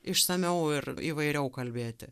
išsamiau ir įvairiau kalbėti